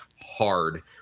hard